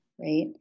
right